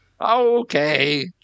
okay